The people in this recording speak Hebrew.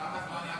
כמה זמן?